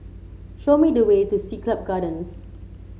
show me the way to Siglap Gardens